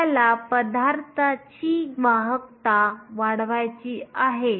आपल्याला पदार्थाची वाहकता वाढवायची आहे